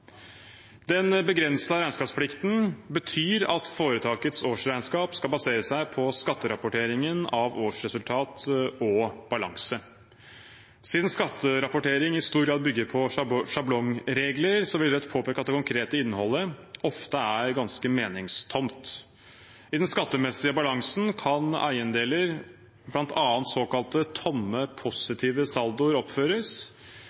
Den begrensede regnskapsplikten betyr at foretakets årsregnskap skal basere seg på skatterapporteringen av årsresultat og balanse. Siden skatterapportering i stor grad bygger på sjablongregler, vil Rødt påpeke at det konkrete innholdet ofte er ganske meningstomt. I den skattemessige balansen kan eiendeler, bl.a. såkalte tomme